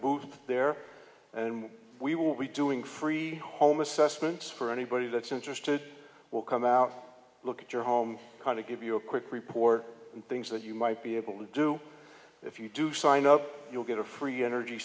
movie there and we will be doing free home assessments for anybody that's interested will come out look at your home kind of give you a quick report and things that you might be able to do if you do sign up you'll get a free energy